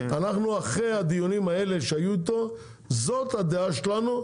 אנחנו אחרי הדיונים האלה שהיו איתו זאת הדעה שלנו,